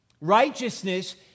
Righteousness